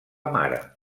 mare